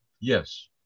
Yes